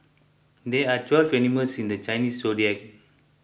there are twelve animals in the Chinese zodiac